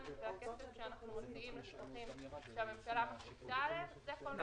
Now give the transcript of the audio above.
והכסף שאנחנו מוציאים לצרכים שהממשלה מחליטה עליהם זה כל